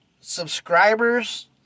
subscribers